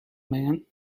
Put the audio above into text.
man